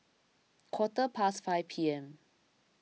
quarter past five P M